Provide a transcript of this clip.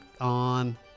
on